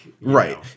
Right